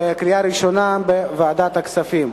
לדיון מוקדם בוועדה שתקבע ועדת הכנסת נתקבלה.